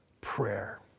prayer